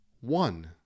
one